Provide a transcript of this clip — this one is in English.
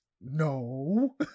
No